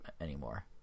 anymore